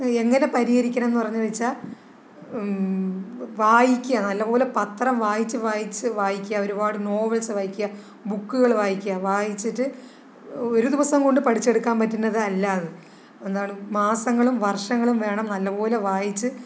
എങ്ങനെ പരിഹരിക്കണം എന്ന് പറഞ്ഞ് വെച്ചാൽ വായിക്കുക നല്ലപോലെ പത്രം വായിച്ച് വായിച്ച് വായിക്കുക ഒരുപാട് നോവൽസ് വായിക്കുക ബുക്കുകൾ വായിക്കുക വായിച്ചിട്ട് ഒരു ദിവസം കൊണ്ട് പഠിച്ചെടുക്കാൻ പറ്റുന്നത് അല്ല അത് എന്താണ് മാസങ്ങളും വർഷങ്ങളും വേണം നല്ലപോലെ വായിച്ച്